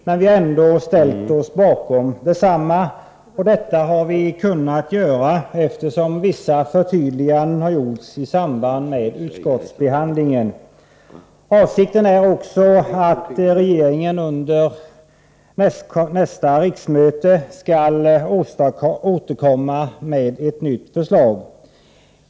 Men vi har ändå ställt oss bakom detsamma, och detta har vi kunnat göra eftersom vissa förtydliganden har gjorts i samband med utskottsbehandlingen. Avsikten är också att regeringen under nästa riksmöte skall återkomma med ett nytt förslag.